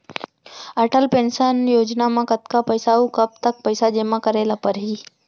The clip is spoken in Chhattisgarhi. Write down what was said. अटल पेंशन योजना म कतका पइसा, अऊ कब तक पइसा जेमा करे ल परही?